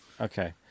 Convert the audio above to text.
Okay